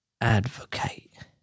advocate